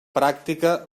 pràctica